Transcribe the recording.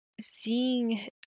seeing